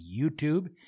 YouTube